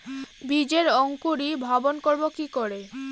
বীজের অঙ্কোরি ভবন করব কিকরে?